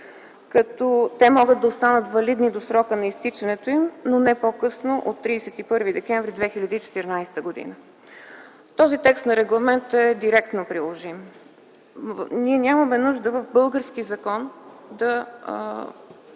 като те могат да останат валидни до срока на изтичането им, но не по-късно от 31 декември 2014 г. Този текст на регламента е директно приложим. Ние нямаме нужда в български закон да